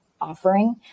offering